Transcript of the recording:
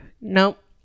Nope